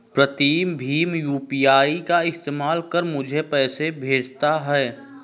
प्रीतम भीम यू.पी.आई का इस्तेमाल कर मुझे पैसे भेजता है